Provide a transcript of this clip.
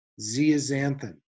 zeaxanthin